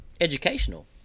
educational